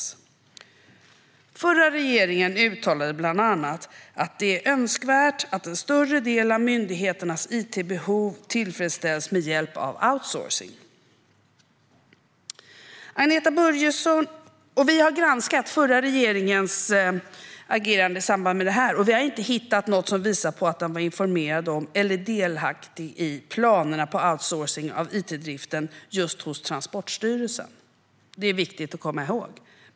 Den förra regeringen uttalade bland annat att "det är önskvärt att en större del av myndigheternas IT-behov tillfredsställs med hjälp av outsourcing". Vi har granskat den förra regeringens agerande i samband med det här, och vi har inte hittat något som visar på att den var informerad om eller delaktig i planerna på outsourcing av it-driften hos just Transportstyrelsen. Det är viktigt att komma ihåg.